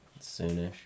soonish